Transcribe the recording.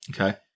Okay